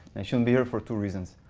i shouldn't be here for two reasons.